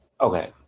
Okay